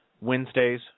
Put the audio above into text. Wednesdays